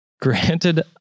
Granted